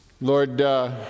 Lord